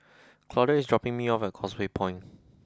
Claudia is dropping me off at Causeway Point